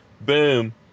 Boom